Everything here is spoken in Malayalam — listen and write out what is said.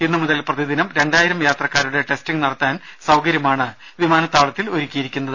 ഇന്നു മുതൽ പ്രതിദിനം രണ്ടായിരം യാത്രക്കാരുടെ ടെസ്റ്റിങ് നടത്താൻ സൌകര്യമാണ് വിമാനത്താവളത്തിൽ ഒരുക്കിയിരിക്കുന്നത്